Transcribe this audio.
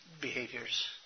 behaviors